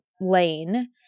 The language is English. Lane